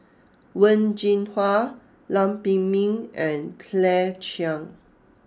Wen Jinhua Lam Pin Min and Claire Chiang